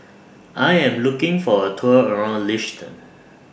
I Am looking For A Tour around Liechtenstein